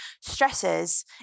stresses